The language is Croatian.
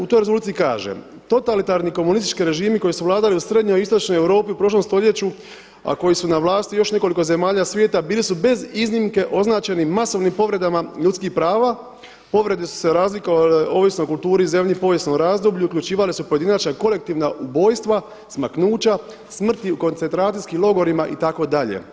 U toj rezoluciji kaže „Totalitarni komunistički režimi koji su vladali u srednjoj i istočnoj Europi u prošlom stoljeću, a koji su na vlasti u još nekoliko zemalja svijeta bili su bez iznimke označeni masovnim povredama ljudskih prava, povrede su se razlikovale ovisno o kulturi, zemlji i povijesnom razdoblju i uključivala su pojedinačna i kolektivna ubojstva, smaknuća, smrti u koncentracijskim logorima“ itd.